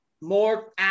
more